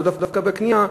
לאו דווקא בקנייה,